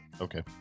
Okay